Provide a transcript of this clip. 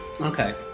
okay